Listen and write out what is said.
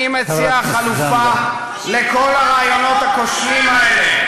אני מציע חלופה לכל הרעיונות הכושלים האלה,